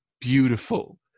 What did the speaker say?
beautiful